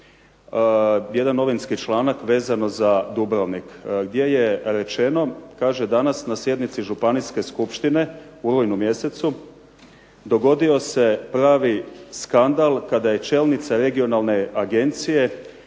jedan novinski članak vezano za Dubrovnik gdje je rečeno, kaže "danas na sjednici županijske skupštine, u rujnu mjesecu, dogodio se pravi skandal kada je čelnica regionalne agencije